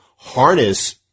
harness